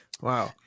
Wow